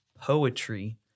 poetry